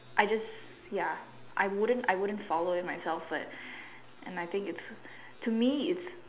I just ya I wouldn't I wouldn't follow it myself but and I think it's to me it's